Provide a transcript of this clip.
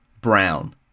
brown